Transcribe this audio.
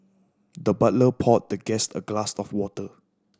the butler poured the guest a glass of water